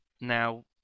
now